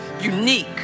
unique